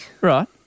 right